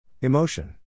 Emotion